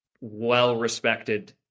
well-respected